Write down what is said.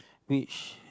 which